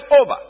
over